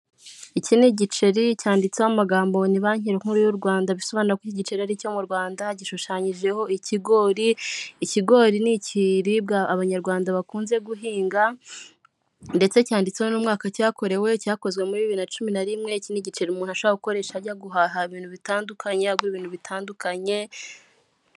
Iki ni igiceri cyanditseho amagambo ni banki nkuru y'u Rwanda, bisobanura ko iki igiceri ari icyo mu Rwanda, gishushanyijeho ikigori, ikigori ni ikiribwa abanyarwanda bakunze guhinga ndetse cyanditseho n'umwaka cyakorewe, cyakozwe muri bibiri na cumi na rimwe iki ni igiceri umuntu ashaka gukoresha ajya guhaha ibintu bitandukanye, agura ibintu bitandukanye.